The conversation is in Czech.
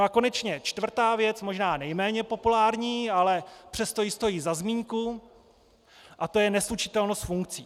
A konečně čtvrtá věc, možná nejméně populární, ale přesto stojí za zmínku, a to je neslučitelnost funkcí.